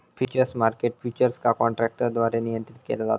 futures market futures का काँट्रॅकद्वारे नियंत्रीत केला जाता